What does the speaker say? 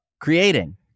creating